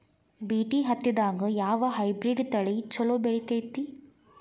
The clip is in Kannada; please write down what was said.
ಬಿ.ಟಿ ಹತ್ತಿದಾಗ ಯಾವ ಹೈಬ್ರಿಡ್ ತಳಿ ಛಲೋ ಬೆಳಿತೈತಿ?